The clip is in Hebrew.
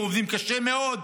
עובדים קשה מאוד,